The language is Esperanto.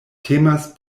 temas